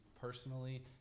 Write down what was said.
personally